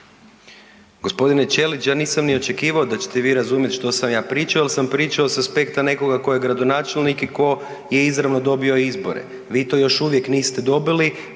Gospodine Ćelić ja nisam ni očekivao da ćete vi razumjeti što sam ja pričao jel sam pričao sa aspekta nekoga tko je gradonačelnik i ko je izravno dobio izbore, vi to još uvijek niste dobili